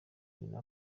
nyina